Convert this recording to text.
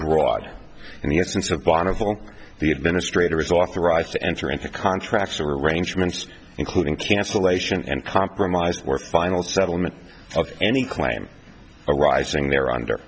broad and the essence of bonneville the administrator is authorized to enter into contracts arrangements including cancellation and compromised or final settlement of any claim arising there under